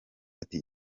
ati